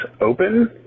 open